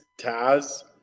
Taz